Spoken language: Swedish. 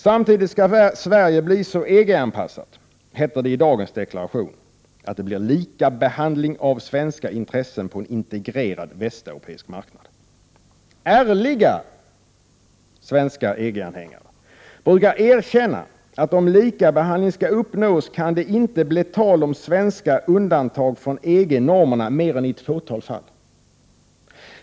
Samtidigt skall Sverige bli så EG-anpassat, heter det i dagens deklaration, att det blir likabehandling av svenska intressen på en integrerad västeuropeisk marknad. Ärliga svenska EG anhängare brukar erkänna, att om likabehandling skall uppnås, kan det inte bli tal om svenska undantag från EG-normerna mer än i ett fåtal fall.